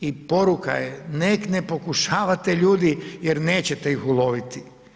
I poruka je nek' ne pokušavate ljudi jer nećete ih uloviti.